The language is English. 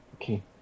Okay